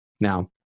Now